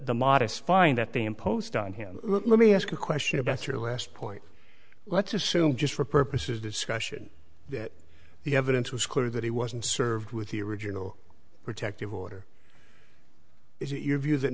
modest fine that they imposed on him let me ask a question about your last point let's assume just for purposes discussion that the evidence was clear that he wasn't served with the original protective order is it your view